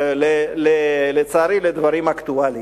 לצערי לדברים אקטואליים,